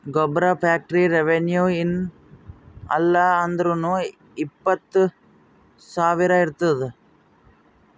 ಗೊಬ್ಬರ factory revenue ಏನ್ ಇಲ್ಲ ಅಂದುರ್ನೂ ಇಪ್ಪತ್ತ್ ಸಾವಿರ ಇರ್ತುದ್